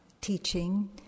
teaching